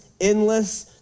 endless